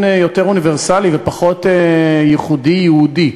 יותר אוניברסלי ופחות ייחודי יהודי.